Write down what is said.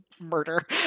murder